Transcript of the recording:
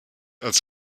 als